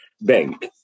Bank